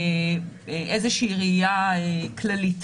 איזושהי ראייה כללית.